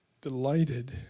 delighted